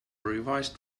revised